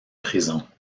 prison